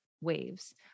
waves